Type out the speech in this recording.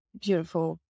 beautiful